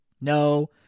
No